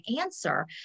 answer